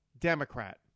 Democrat